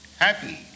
happy